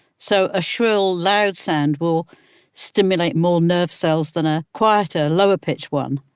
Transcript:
so, a shrill, loud sound will stimulate more nerve cells than a quieter, lower-pitched one.